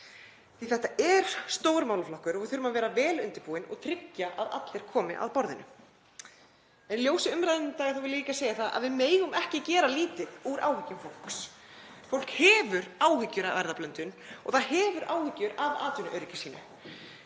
að þetta er stór málaflokkur og við þurfum að vera vel undirbúin og tryggja að allir komi að borðinu. En í ljósi umræðunnar í dag vil ég segja að við megum ekki gera lítið úr áhyggjum fólks. Fólk hefur áhyggjur af erfðablöndun og það hefur áhyggjur af atvinnuöryggi sínu.